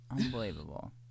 Unbelievable